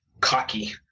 cocky